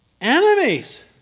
enemies